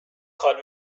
خال